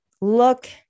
look